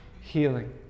healing